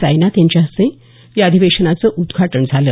साईनाथ यांच्या हस्ते या अधिवेशनाचं उद्घाटन झालं